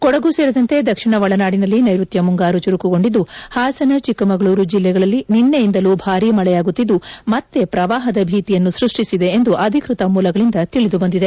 ಕೊಡಗು ಸೇರಿದಂತೆ ದಕ್ಷಿಣ ಒಳನಾಡಿನಲ್ಲಿ ನೈರುತ್ತ ಮುಂಗಾರು ಚುರುಕುಗೊಂಡಿದ್ದು ಹಾಸನ ಚಿಕ್ಕಮಗಳೂರು ಜಿಲ್ಲೆಗಳಲ್ಲಿ ನಿನ್ನೆಯಿಂದಲೂ ಭಾರಿ ಮಳೆಯಾಗುತ್ತಿದ್ದು ಮತ್ತೆ ಪ್ರವಾಹದ ಭೀತಿಯನ್ನು ಸೃಷ್ಟಿಸಿದೆ ಎಂದು ಅಧಿಕೃತ ಮೂಲಗಳಿಂದ ತಿಳಿದು ಬಂದಿದೆ